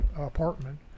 apartment